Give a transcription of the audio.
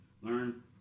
Learn